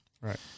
Right